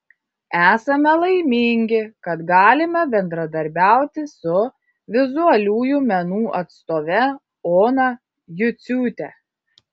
esame laimingi kad galime bendradarbiauti su vizualiųjų menų atstove ona juciūte